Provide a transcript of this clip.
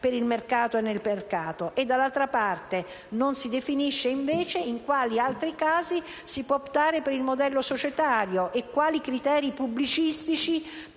per il mercato e nel mercato? Dall'altra parte, non si definisce invece in quali altri casi si può optare per il modello societario e a quali criteri pubblicistici